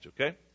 okay